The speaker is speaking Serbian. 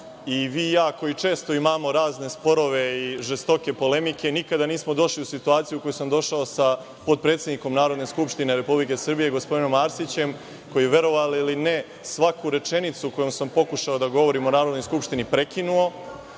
i vi i ja iako često imamo razne sporove i žestoke polemike, nikada nismo došli u situaciju u koju sam došao sa potpredsednikom Narodne skupštine Republike Srbije, gospodinom Arsićem, koji je, verovali ili ne, svaku rečenicu koju sam pokušao da govorim u Narodnoj skupštini, prekinuo,